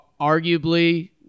arguably